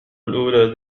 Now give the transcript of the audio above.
الأولى